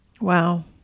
Wow